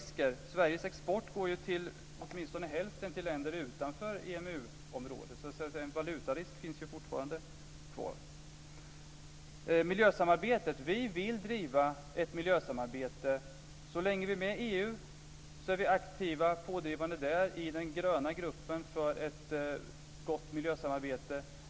Sveriges export går ju åtminstone till hälften till länder utanför EMU-området, så en valutarisk finns ju fortfarande kvar. Vi i Miljöpartiet vill driva ett miljösamarbete. Så länge Sverige är med i EU är vi aktiva och pådrivande i den gröna gruppen där för ett gott miljösamarbete.